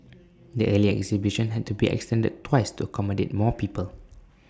the earlier exhibition had to be extended twice to accommodate more people